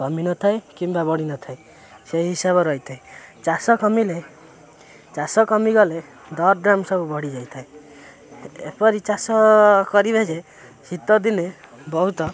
କମିନଥାଏ କିମ୍ବା ବଢ଼ିନଥାଏ ସେହି ହିସାବ ରହିଥାଏ ଚାଷ କମିଲେ ଚାଷ କମିଗଲେ ଦର ଦାମ ସବୁ ବଢ଼ିଯାଇ ଥାଏ ଏପରି ଚାଷ କରିବେ ଯେ ଶୀତଦିନେ ବହୁତ